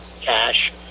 cash